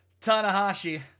Tanahashi